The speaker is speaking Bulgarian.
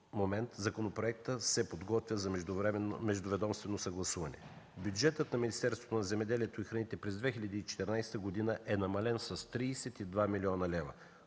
законопроектът се подготвя за междуведомствено съгласуване. Бюджетът на Министерството на земеделието и храните през 2014 г. е намален с 32 млн. лв.